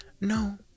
No